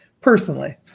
Personally